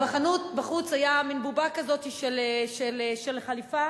בחנות, בחוץ היתה מין בובה כזאת, של חליפה.